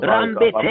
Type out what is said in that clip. Rambe